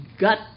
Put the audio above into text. got